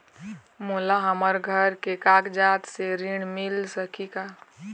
मोला हमर घर के कागजात से ऋण मिल सकही का?